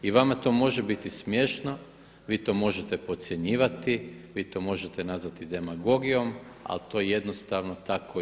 I vama to može biti smiješno, vi to možete podcjenjivati, vi to možete nazvati demagogijom, ali to je jednostavno tako je.